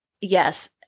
yes